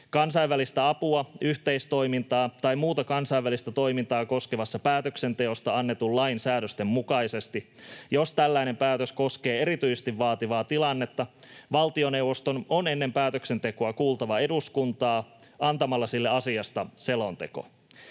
kansainvälistä apua, yhteistoimintaa tai muuta kansainvälistä toimintaa koskevasta päätöksenteosta annetun lain säännösten mukaisesti. Jos tällainen päätös koskee erityisesti vaativaa tilannetta, valtioneuvoston on ennen päätöksentekoa kuultava eduskuntaa antamalla sille asiasta selonteko.